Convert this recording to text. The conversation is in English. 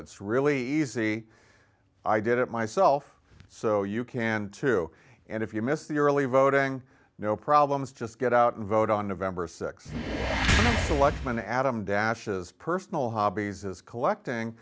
it's really easy i did it myself so you can too and if you miss the early voting no problems just get out and vote on november th when adam dashes personal hobbies is collecting